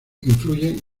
influyen